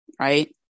right